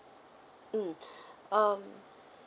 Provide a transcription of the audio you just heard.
mm um